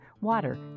water